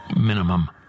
Minimum